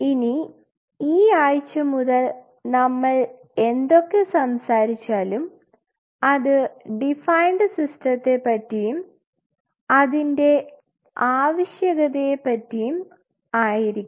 ഇനി ഈ ആഴ്ച മുതൽ നമ്മൾ എന്തൊക്കെ സംസാരിച്ചാലും അത് ഡിഫൈൻഡ് സിസ്റ്റത്തെ പറ്റിയും അതിൻറെ ആവശ്യകതയെപ്പറ്റിയും ആയിരിക്കും